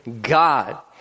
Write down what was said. God